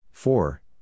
Four